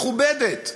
מכובדת,